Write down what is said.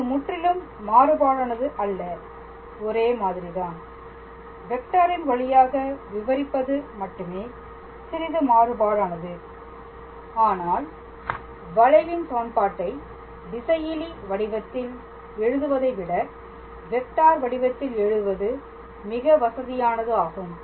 இது முற்றிலும் மாறுபாடானது அல்ல ஒரே மாதிரிதான் வெக்டாரின் வழியாக விவரிப்பது மட்டுமே சிறிது மாறுபாடானது ஆனால் வளைவின் சமன்பாட்டை திசையிலி வடிவத்தில் எழுதுவதைவிட வெக்டார் வடிவத்தில் எழுதுவது மிக வசதியானது ஆகும்